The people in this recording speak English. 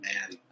man